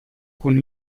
con